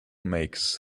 makes